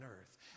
earth